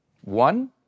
One